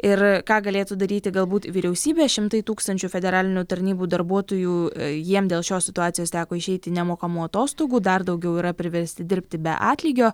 ir ką galėtų daryti galbūt vyriausybė šimtai tūkstančių federalinių tarnybų darbuotojų jiem dėl šios situacijos teko išeiti nemokamų atostogų dar daugiau yra priversti dirbti be atlygio